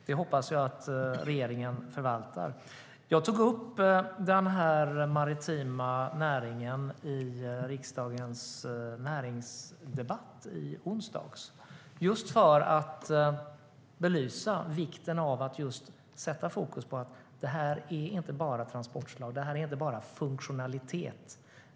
Det hoppas jag att regeringen förvaltar. Jag tog upp den maritima näringen i riksdagens näringsdebatt i onsdags just för att belysa vikten av att sätta fokus på att det inte bara handlar om transportslag; det är inte bara funktionalitet.